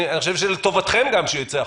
אני חושב שלטובתכם גם שהוא יצא החוצה.